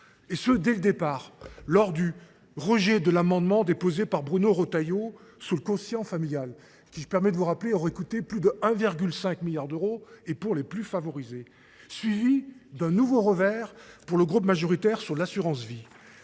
et ce dès le départ lors du rejet de l'amendement déposé par Bruno Rotaillot sous le conscience familiale qui permet de vous rappeler a récouté plus de 1,5 milliard d'euros et pour les plus favorisés, suivi d'un nouveau revers pour le groupe majoritaire sur l'assurance vie.